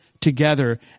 together